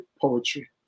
poetry